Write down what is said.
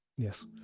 yes